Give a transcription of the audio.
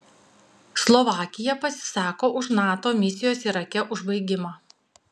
slovakija pasisako už nato misijos irake užbaigimą